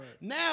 Now